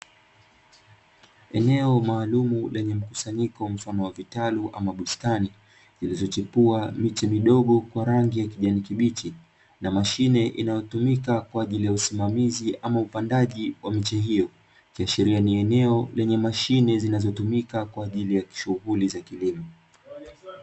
Eneo maalumu lenye mkusanyiko mfano wa vitaru ama bustani zilizofichua miche midogo kwa rangi ya kijani kibichi na mashine inayotumika kwa ajili ya usimamizi ama upandaji wa miche hiyo, ikiashiria ni eneo lenye mashine zinazotumika kwa ajili ya shughuli za kilimo.